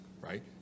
Right